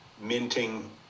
minting